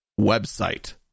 website